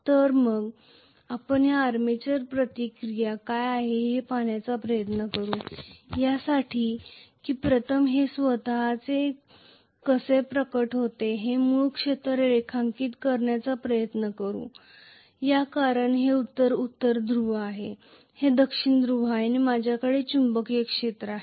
तर मग आपण या आर्मेचर प्रतिक्रिया काय आहेत हे पाहण्याचा प्रयत्न करू या यासाठी की प्रथम हे स्वतःच कसे प्रकट होते हे मूळ क्षेत्र रेखांकित करण्याचा प्रयत्न करू या कारण हे उत्तर ध्रुव आहे हे दक्षिण ध्रुव आहे आणि माझ्याकडे चुंबकीय क्षेत्र आहे